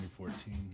2014